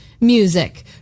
Music